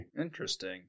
Interesting